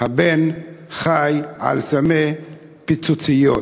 הבן חי על סמי פיצוציות,